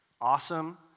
awesome